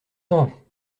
temps